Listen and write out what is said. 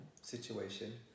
situation